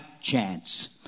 chance